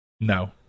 No